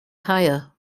higher